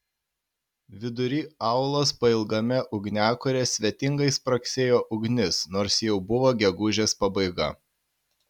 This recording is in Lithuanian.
vidury aulos pailgame ugniakure svetingai spragsėjo ugnis nors jau buvo gegužės pabaiga